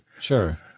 Sure